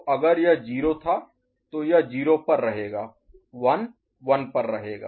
तो अगर यह 0 था तो यह 0 पर रहेगा 1 1 पर रहेगा